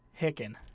Hicken